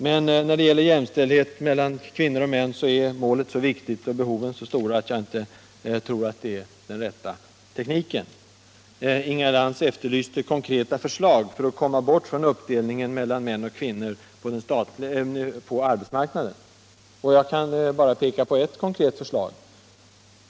Men när det gäller jämställdheten meltan kvinnor och män är målet så viktigt och behoven så stora att jag inte tror att det är den rätta tekniken. Inga Lantz efterlyste konkreta förslag för att komma bort från uppdelningen av män och kvinnor på arbetsmarknaden. Jag kan som exempel peka på ett konkret förslag.